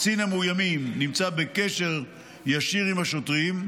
קצין המאוימים נמצא בקשר ישיר עם השוטרים.